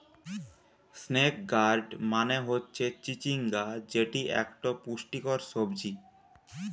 snake gourd মানে হতিছে চিচিঙ্গা যেটি একটো পুষ্টিকর সবজি